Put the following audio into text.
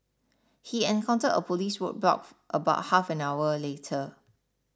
he encountered a police roadblock about half an hour later